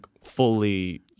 fully